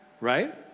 right